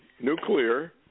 nuclear